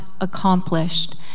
accomplished